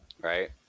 right